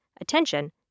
attention